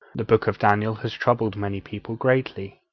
the book of daniel has troubled many people greatly.